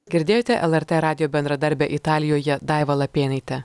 girdėjote lrt radijo bendradarbę italijoje daivą lapėnaitę